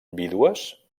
vídues